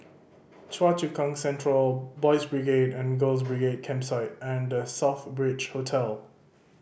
Choa Chu Kang Central Boys' Brigade and Girls' Brigade Campsite and The Southbridge Hotel